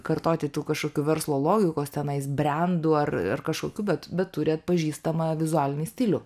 kartoti tų kažkokių verslo logikos tenais brendų ar ar kažkokių bet bet turi atpažįstamą vizualinį stilių